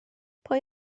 pwy